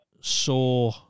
Saw